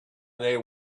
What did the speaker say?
their